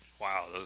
Wow